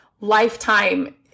lifetime